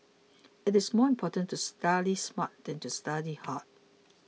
it is more important to study smart than to study hard